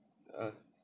err